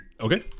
Okay